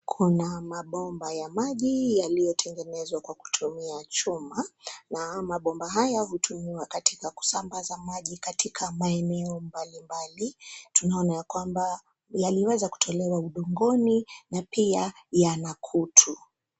Kuna mabomba ya maji yaliyotengenezwa kwa kutumia chuma na mabomba haya hutumiwa katika kusambaza maji katika maeneo mbalimbali. Tunaona ya kwamba yaliweza kutolewa mvunguni na pia yana kutu.